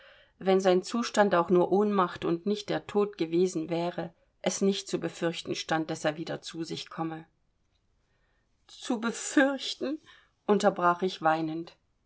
wenn sein zustand auch nur ohnmacht und nicht der tod gewesen wäre es nicht zu befürchten stand daß er wieder zu sich komme zu befürchten unterbrach ich weinend